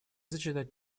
зачитать